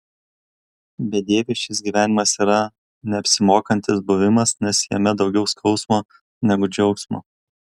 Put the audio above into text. bedieviui šis gyvenimas yra neapsimokantis buvimas nes jame daugiau skausmo negu džiaugsmo